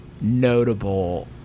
notable